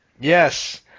Yes